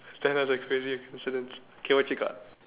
tell us your crazy coincidence okay what you got